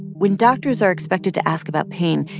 when doctors are expected to ask about pain,